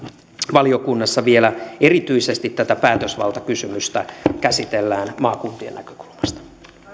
valiokunnassa käsitellään vielä erityisesti tätä päätösvaltakysymystä maakuntien näkökulmasta